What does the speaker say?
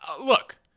Look